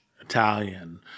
Italian